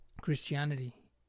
christianity